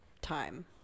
time